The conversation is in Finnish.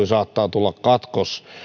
saattaa tulla katkos